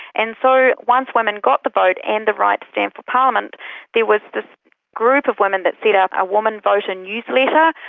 and so once women got the vote, and the right to stand for parliament was this group of women that set up a woman voter newsletter,